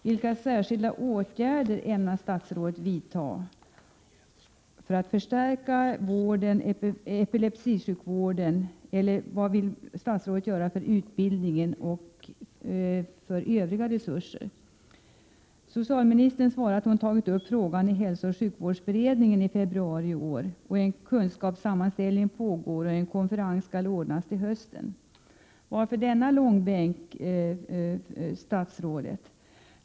Vilka särskilda åtgärder ämnar statsrådet vidta för att förstärka epilepsisjukvården, vad gäller både utbildning och övriga resurser? Socialministern svarar att hon tagit upp frågan i hälsooch sjukvårdsberedningen i februari i år, att en kunskapssammanställning pågår och att en konferens skall ordnas till hösten. Varför denna långbänk, statsrådet?